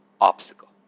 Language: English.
obstacle